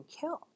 killed